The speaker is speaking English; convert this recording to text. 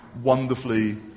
wonderfully